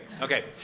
okay